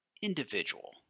individual